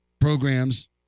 programs